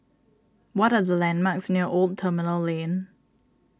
what are the landmarks near Old Terminal Lane